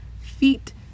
feet